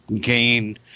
Gain